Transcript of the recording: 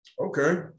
Okay